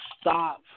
stop